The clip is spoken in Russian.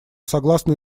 согласны